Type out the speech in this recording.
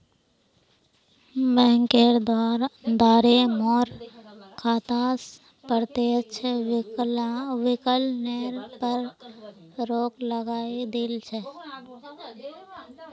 बैंकेर द्वारे मोर खाता स प्रत्यक्ष विकलनेर पर रोक लगइ दिल छ